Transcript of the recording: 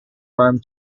warm